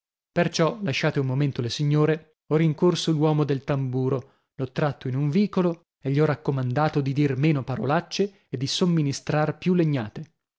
perciò lasciate un momento le signore ho rincorso l'uomo del tamburo l'ho tratto in un vicolo e gli ho raccomandato di dir meno parolacce e di somministrar più legnate